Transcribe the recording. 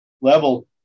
level